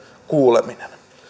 kuuleminen